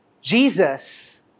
Jesus